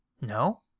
No